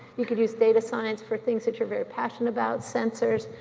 you could use data science for things that you're very passionate about, sensors.